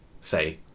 say